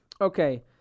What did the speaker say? Okay